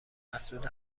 مسئول